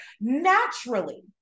naturally